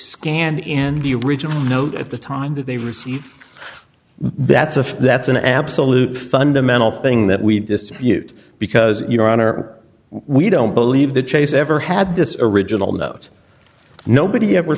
scanned in the original note at the time that they received that's a that's an absolute fundamental thing that we dispute because your honor we don't believe the chase ever had this original note nobody ever